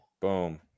Boom